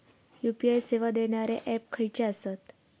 UPI सेवा देणारे app खयचे आसत?